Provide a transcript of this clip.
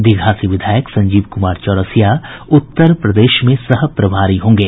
दीघा से विधायक संजीव कुमार चौरसिया उत्तर प्रदेश में सह प्रभारी होंगे